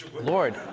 Lord